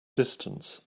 distance